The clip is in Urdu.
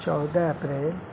چودہ اپریل